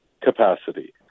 capacity